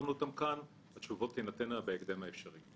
שהסברנו אותן כאן, הן תינתנה בהקדם האפשרי.